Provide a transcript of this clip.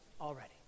already